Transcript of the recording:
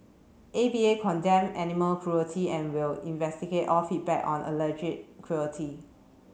A V A condemn animal cruelty and will investigate all feedback on cruelty